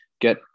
get